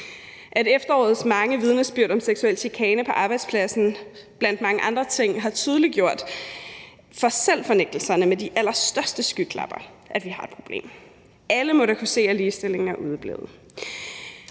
at efterårets mange vidnesbyrd om seksuel chikane på arbejdspladsen blandt mange andre ting har tydeliggjort for selv fornægtere med de allerstørste skyklapper, at vi har et problem. Alle må da kunne se, at ligestillingen er udeblevet.